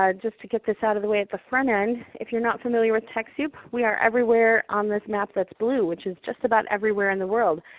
just to get this out of the way at the front end, if you're not familiar with techsoup, we are everywhere on this map that's blue, which is just about everywhere in the world.